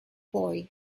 boy